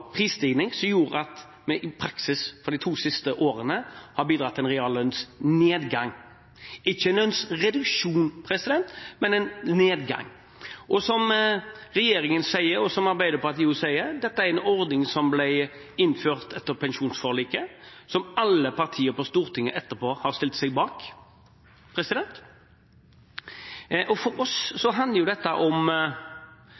prisstigning, som i praksis har bidratt til en reallønnsnedgang de to siste årene – ikke en reduksjon, men en nedgang. Som regjeringen sier – og som Arbeiderpartiet sier – er dette en ordning som ble innført etter pensjonsforliket, som alle partier på Stortinget etterpå har stilt seg bak.